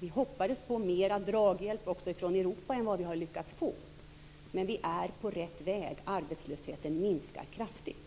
Vi hoppades också på mera draghjälp från Europa än vi fick. Men vi är på rätt väg. Arbetslösheten minskar kraftigt.